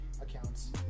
accounts